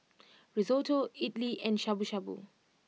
Risotto Idili and Shabu Shabu